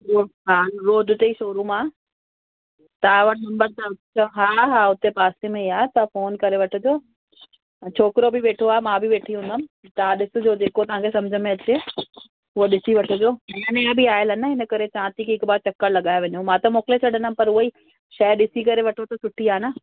उहो हा रोड ते ई शोरूम आहे तव्हां वटि नंबर त हुजो हा हा पासे में ई आहे तव्हां फ़ोन करे वठिजो ऐं छोकिरो बि वेठो आहे मां बि वेठी हूंदमि तव्हां ॾिसिजो जेको तव्हांखे समुझ में अचे उहो ॾिसी वठिजो नया नया बि आयलि आहिनि न हिन करे चवां थी हिक बार चकरु लॻाये वञो मां त मोकिले छॾींदमि पर उहोई शइ ॾिसी करे वठो त सुठी आहे न